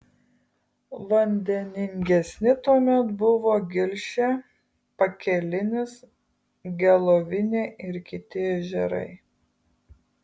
vandeningesni tuomet buvo gilšė pakelinis gelovinė ir kiti ežerai